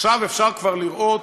עכשיו אפשר כבר לראות,